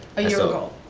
a year ago?